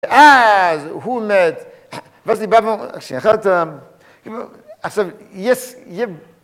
אז הוא נת, ואז דיברנו, כשאחד, כאילו, עכשיו, יש,